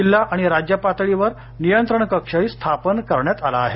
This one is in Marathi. जिल्हा आणि राज्य पातळीवर नियंत्रण कक्षही स्थापन करण्यात आले आहेत